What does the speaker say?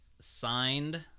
signed